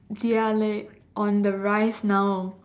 they're leh on the rise now